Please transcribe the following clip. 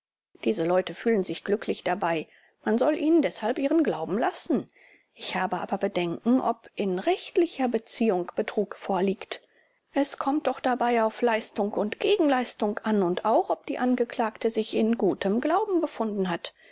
diese leute fühlen sich glücklich dabei man soll ihnen deshalb ihren glauben lassen ich habe aber bedenken ob in rechtlicher beziehung betrug vorliegt es kommt doch dabei auf leistung und gegenleistung an und auch ob die angeklagte sich in gutem glauben befunden hat